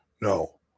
No